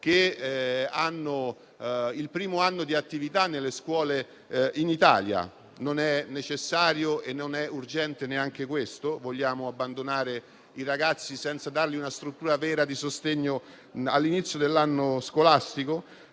che hanno il primo anno di attività nelle scuole in Italia: non è necessario e urgente neanche questo? Vogliamo abbandonare i ragazzi senza dar loro una vera struttura di sostegno all'inizio dell'anno scolastico?